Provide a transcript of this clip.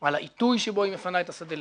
על העיתוי שבו היא מפנה את השדה,